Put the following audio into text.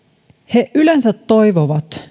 he yleensä toivovat